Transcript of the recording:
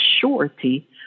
surety